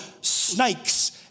snakes